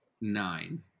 nine